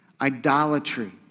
idolatry